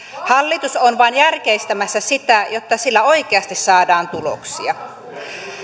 hallitus on vain järkeistämässä sitä jotta sillä oikeasti saadaan tuloksia